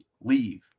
leave